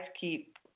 keep